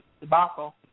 debacle